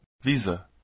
Visa